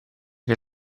che